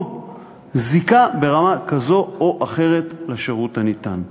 זיקה ברמה כזאת או אחרת לשירות הניתן.